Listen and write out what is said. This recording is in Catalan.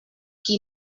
qui